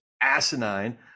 asinine